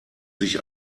sich